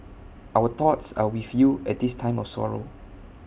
our thoughts are with you at this time of sorrow